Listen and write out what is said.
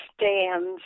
stands